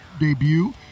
debut